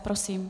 Prosím.